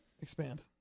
Expand